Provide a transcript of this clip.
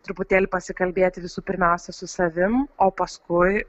truputėlį pasikalbėti visų pirmiausia su savim o paskui